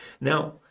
Now